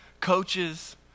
coaches